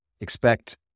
Expect